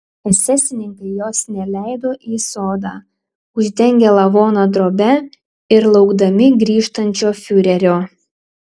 esesininkai jos neleido į sodą uždengę lavoną drobe ir laukdami grįžtančio fiurerio